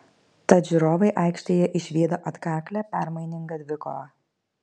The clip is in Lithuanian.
tad žiūrovai aikštėje išvydo atkaklią permainingą dvikovą